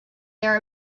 their